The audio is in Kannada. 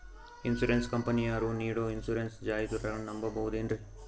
ಇನ್ಸೂರೆನ್ಸ್ ಕಂಪನಿಯರು ನೀಡೋ ಇನ್ಸೂರೆನ್ಸ್ ಜಾಹಿರಾತುಗಳನ್ನು ನಾವು ನಂಬಹುದೇನ್ರಿ?